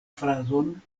frazon